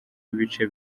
ibice